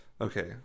okay